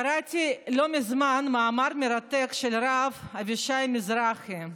קראתי לא מזמן מאמר מרתק של הרב אבישי מזרחי.